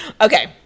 okay